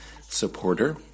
supporter